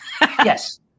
yes